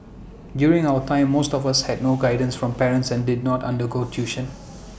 during our time most of us had no guidance from parents and did not undergo tuition